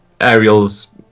Ariel's